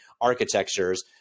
architectures